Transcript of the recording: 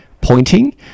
pointing